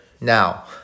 now